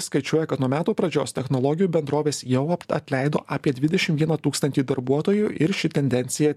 skaičiuoja kad nuo metų pradžios technologijų bendrovės jau atleido apie dvidešim vieną tūkstantį darbuotojų ir ši tendencija